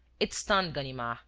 it stunned ganimard,